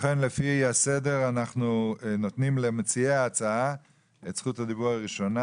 לפי הסדר אנחנו נותנים למציעי ההצעה את זכות הדיבור הראשונה,